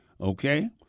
Okay